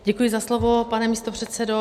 Děkuji za slovo, pane místopředsedo.